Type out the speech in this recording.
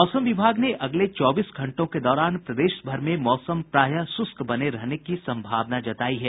मौसम विभाग ने अगले चौबीस घंटों के दौरान प्रदेश भर में मौसम प्रायः शुष्क बने रहने की संभावना जतायी है